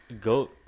Goat